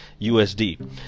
USD